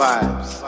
Vibes